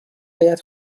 آید